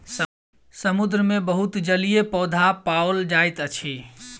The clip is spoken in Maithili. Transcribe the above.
समुद्र मे बहुत जलीय पौधा पाओल जाइत अछि